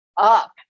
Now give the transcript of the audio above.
up